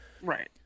right